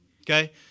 okay